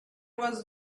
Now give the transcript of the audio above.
was